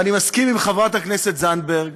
ואני מסכים עם חברת הכנסת זנדברג,